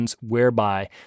whereby